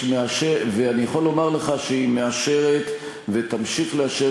ואני יכול לומר לך שהיא מאשרת ותמשיך לאשר